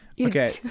Okay